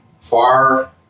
far